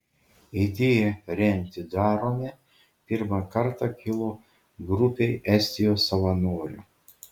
idėja rengti darome pirmą kartą kilo grupei estijos savanorių